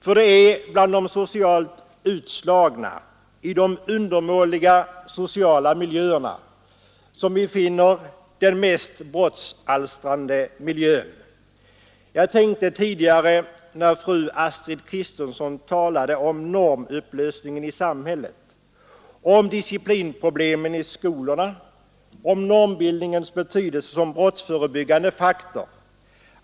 För det är de undermåliga sociala miljöerna — som finns bland de socialt utslagna — som är de mest brottsalstrande. Fru Astrid Kristensson talade tidigare om normupplösningen i samhället, om disciplinproblemen i skolorna och om normbildningens betydelse som brottsförebyggande faktor.